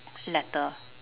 letter